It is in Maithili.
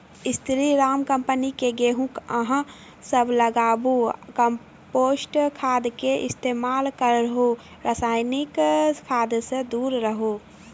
स्री राम कम्पनी के गेहूँ अहाँ सब लगाबु कम्पोस्ट खाद के इस्तेमाल करहो रासायनिक खाद से दूर रहूँ?